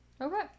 Okay